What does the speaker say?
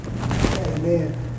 Amen